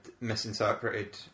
misinterpreted